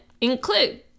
include